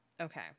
Okay